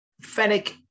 Fennec